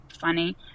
funny